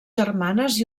germanes